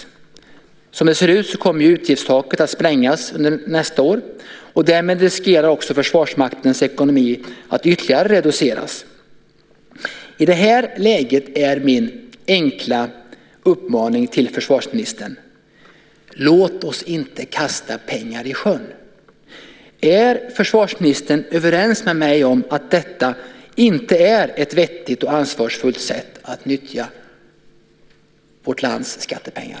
Som det ser ut kommer utgiftstaket att sprängas under nästa år. Därmed riskerar också Försvarsmaktens ekonomi att ytterligare reduceras. I det här läget är min enkla uppmaning till försvarsministern: Låt oss inte kasta pengar i sjön! Är försvarsministern överens med mig om att detta inte är ett vettigt och ansvarsfullt sätt att nyttja vårt lands skattepengar?